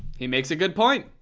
he makes a good point.